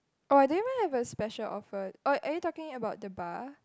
or do you mind to have a special offered or are you talking about the bar